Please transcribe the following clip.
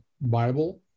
Bible